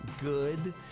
good